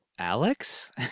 Alex